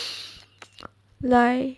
like